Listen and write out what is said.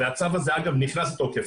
והצו הזה אגב נכנס לתוקף,